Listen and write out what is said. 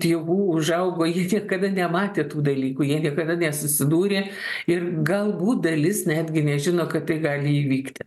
tėvų užaugo jie niekada nematė tų dalykų jie niekada nesusidūrė ir galbūt dalis netgi nežino kad tai gali įvykti